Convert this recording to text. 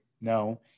No